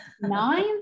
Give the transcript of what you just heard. Nine